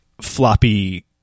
floppy